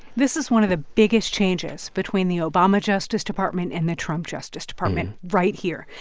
this is one of the biggest changes between the obama justice department and the trump justice department right here.